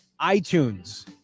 iTunes